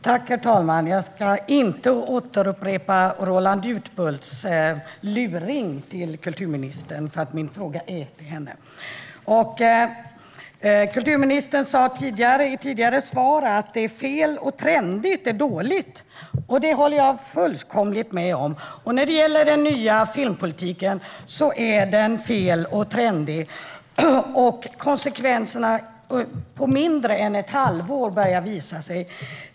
Herr talman! Jag ska inte upprepa Roland Utbults luring till kulturministern - min fråga är nämligen riktad till henne. Kulturministern sa i ett tidigare svar att det är fel och att trendigt är dåligt, vilket jag håller fullkomligt med om. Den nya filmpolitiken är fel och trendig, och på mindre än ett halvår har konsekvenserna börjat att visa sig.